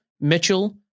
Mitchell